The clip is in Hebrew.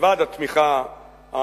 מלבד התמיכה הנכונה,